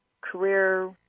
career